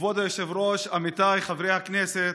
כבוד היושב-ראש, עמיתיי חברי הכנסת,